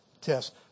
test